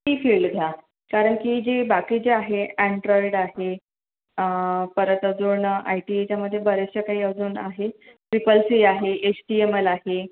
ती फील्ड घ्या कारण की जी बाकी जे आहे अँड्रॉइड आहे परत अजून आयटीच्यामध्ये बरेचशा काही अजून आहे ट्रिपल सी आहे एच टी एम एल आहे